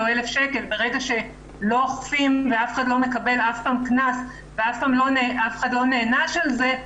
ברגע שלא אוכפים ואף אחד לא מקבל אף פעם קנס ולא נענש על זה,